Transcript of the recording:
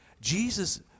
Jesus